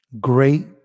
Great